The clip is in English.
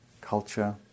culture